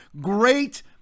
Great